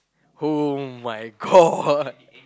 oh-my-God